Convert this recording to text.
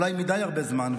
אולי הרבה מדי זמן,